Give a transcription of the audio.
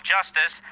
Justice